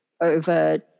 over